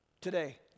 today